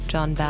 John